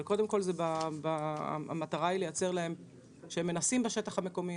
אבל קודם כול המטרה היא שהם מנסים בשטח המקומי,